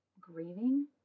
grieving